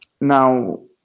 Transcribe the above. Now